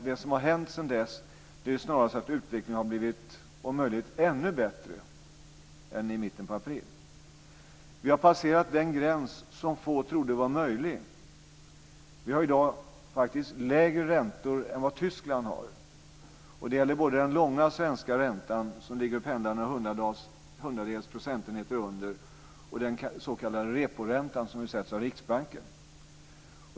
Det som har hänt sedan dess är snarast att utvecklingen om möjligt har blivit ännu bättre än i mitten på april. Vi har passerat den gräns som få trodde var möjlig. Sverige har i dag faktiskt lägre räntor än vad Tyskland har. Det gäller både den långa svenska räntan, som ligger och pendlar några hundradels procentenheter under och den s.k. reporäntan, som ju sätts av Riksbanken.